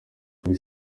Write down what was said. kuri